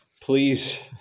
Please